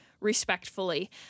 respectfully